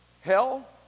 hell